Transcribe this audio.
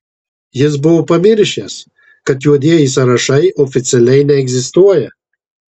jis buvo pamiršęs kad juodieji sąrašai oficialiai neegzistuoja